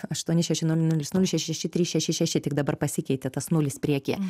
aštuoni šeši nulis nulis šeši šeši trys šeši šeši tik dabar pasikeitė tas nulis priekyje